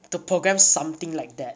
to program something like that